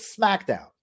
SmackDown